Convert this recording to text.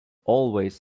always